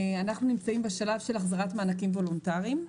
אנחנו נמצאים בשלב של החזרת מענקים וולונטריים,